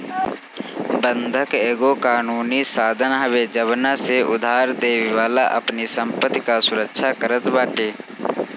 बंधक एगो कानूनी साधन हवे जवना से उधारदेवे वाला अपनी संपत्ति कअ सुरक्षा करत बाटे